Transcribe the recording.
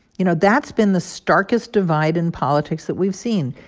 you know, that's been the starkest divide in politics that we've seen.